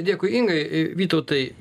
dėkui ingai vytautai